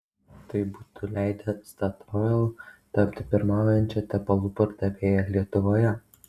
tai būtų leidę statoil tapti pirmaujančia tepalų pardavėja lietuvoje